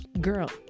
girl